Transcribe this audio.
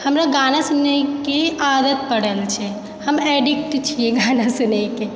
हमरा गाना सुनैके आदति पड़ल छै हम एडिक्ट छियै गाना सुनैके